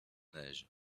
neige